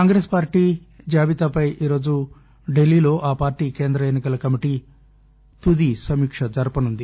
Congress party జాబితాపై ఈరోజు ఢిల్లీలో ఆ పార్టీ కేంద్ర ఎన్నికల కమిటీ తుది సమీక జరపనుంది